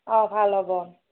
অঁ ভাল হ'ব